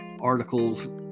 articles